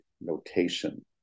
notation